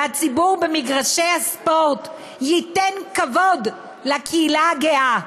והציבור במגרשי הספורט, ייתן כבוד לקהילה הגאה,